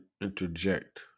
interject